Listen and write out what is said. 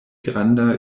granda